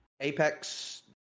Apex